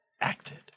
acted